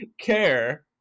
care